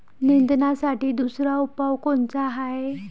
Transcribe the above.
निंदनासाठी दुसरा उपाव कोनचा हाये?